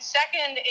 second